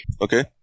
okay